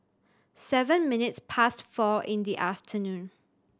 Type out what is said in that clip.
seven minutes past four in the afternoon